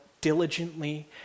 diligently